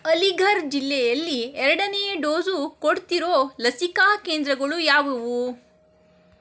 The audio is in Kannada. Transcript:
ಅಲೀಘರ್ ಜಿಲ್ಲೆಯಲ್ಲಿ ಎರಡನೆಯ ಡೋಸು ಕೊಡ್ತಿರೋ ಲಸಿಕಾ ಕೇಂದ್ರಗಳು ಯಾವುವು